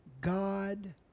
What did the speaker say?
God